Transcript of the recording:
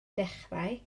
dechrau